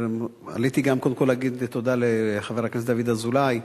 עליתי גם קודם כול להגיד תודה לחבר הכנסת דוד אזולאי,